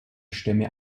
stämme